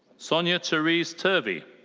sonya therese turvey.